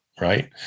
right